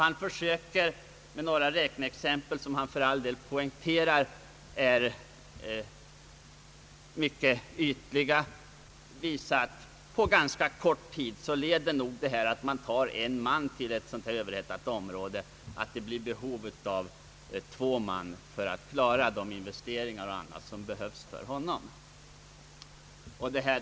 Han försöker med några räkneexempel, som han för all del poängterar är rätt ytliga, visa att om man tar en man till ett överhettat område så leder det på ganska kort tid till att man har behov av två man för att klara de investeringar och annat som behövs för den förste.